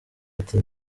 ati